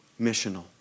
missional